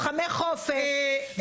לוחמי חופש,